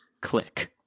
Click